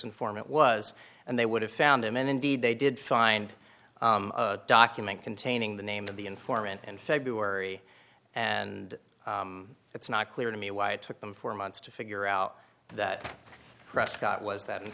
informant was and they would have found him and indeed they did find a document containing the name of the informant in february and it's not clear to me why it took them four months to figure out that prescott was that in